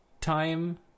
time